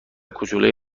کوچولوی